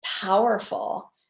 powerful